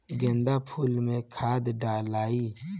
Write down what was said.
गेंदा फुल मे खाद डालाई?